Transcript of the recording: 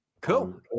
Cool